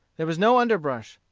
there was no underbrush.